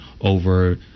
over